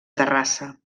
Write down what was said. terrassa